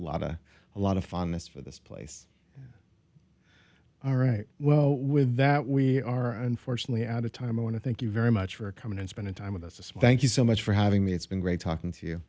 of a lot of fondness for this place all right well with that we are unfortunately out of time i want to thank you very much for coming and spending time with us a spanking so much for having me it's been great talking to you